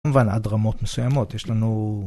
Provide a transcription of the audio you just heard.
כמובן, עד רמות מסוימות, יש לנו...